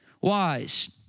wise